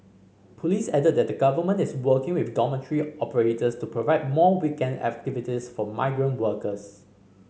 police added that the Government is working with dormitory operators to provide more weekend activities for migrant workers